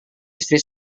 istri